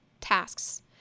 tasks